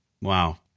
wow